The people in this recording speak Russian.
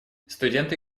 студенты